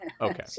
Okay